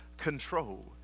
control